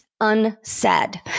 unsaid